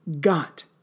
got